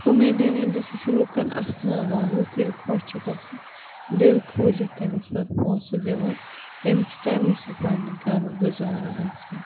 comedian اِن دَ سُہ چھُ لُکَن اَسناوان لُکھ ییٚلہِ خوش چھِ گژھان دِل کھوٗلِتھ تٔمِس پَتہٕ پونٛسہٕ دِوان تٔمِس چھُ تَمی سۭتۍ پنٛنہِ گَرُک گُزارٕ گژھان